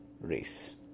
race